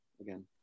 again